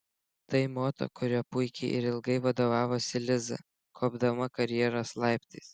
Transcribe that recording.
tai moto kuriuo puikiai ir ilgai vadovavosi liza kopdama karjeros laiptais